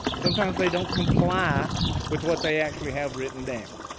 sometimes they don't comply with what they actually have written down.